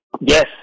Yes